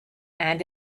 and